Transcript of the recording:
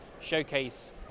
showcase